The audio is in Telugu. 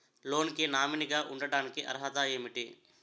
లోన్ కి నామినీ గా ఉండటానికి అర్హత ఏమిటి?